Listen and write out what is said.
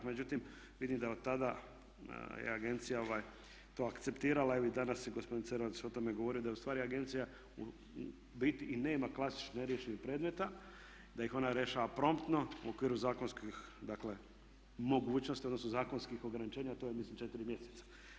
Međutim, vidim da od tada je agencija to akceptirala i danas je gospodin Cerovac o tome govorio, da je u stvari agencija u biti i nema klasičnih neriješenih predmeta, da ih ona rješava promptno u okviru zakonskih, dakle mogućnosti, odnosno zakonskih ograničenja, a to je mislim 4 mjeseca.